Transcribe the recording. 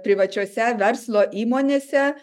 privačiose verslo įmonėse